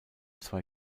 zwei